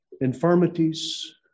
infirmities